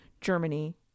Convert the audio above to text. Germany